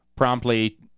promptly